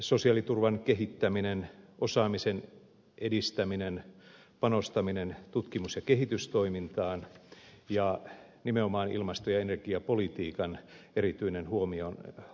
sosiaaliturvan kehittäminen osaamisen edistäminen panostaminen tutkimus ja kehitystoimintaan ja nimenomaan ilmasto ja energiapolitiikan erityinen huomioon ottaminen